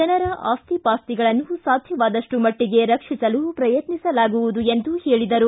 ಜನರ ಆಸ್ತಿಪಾಸ್ತಿಗಳನ್ನು ಸಾಧ್ಯವಾದಷ್ಟು ಮಟ್ಟಗೆ ರಕ್ಷಿಸಲು ಪ್ರಯತ್ನಿಸಲಾಗುವುದು ಎಂದರು